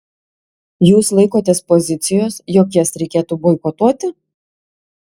jūs laikotės pozicijos jog jas reikėtų boikotuoti